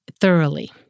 thoroughly